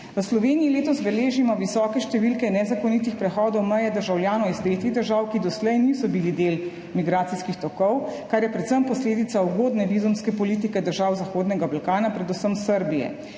V Sloveniji letos beležimo visoke številke nezakonitih prehodov meje državljanov iz tretjih držav, ki doslej niso bili del migracijskih tokov, kar je predvsem posledica ugodne vizumske politike držav Zahodnega Balkana, predvsem Srbije.